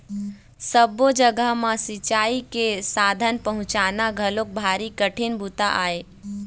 सब्बो जघा म सिंचई के साधन पहुंचाना घलोक भारी कठिन बूता आय